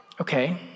okay